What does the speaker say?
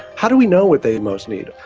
how do we know what they most need?